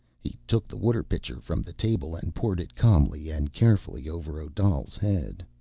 he took the water pitcher from the table and poured it calmly and carefully over odal's head.